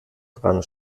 dran